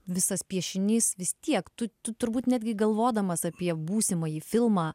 visas piešinys vis tiek tu tu turbūt netgi galvodamas apie būsimąjį filmą